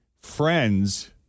Friends